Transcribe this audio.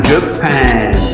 Japan